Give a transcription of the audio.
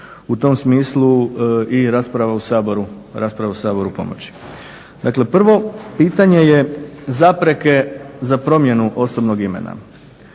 u tom smislu i rasprava u Saboru pomoći. Dakle, prvo pitanje je zapreke za promjenu osobnog imena.